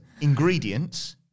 Ingredients